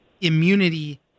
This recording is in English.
immunity